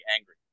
angry